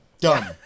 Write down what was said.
done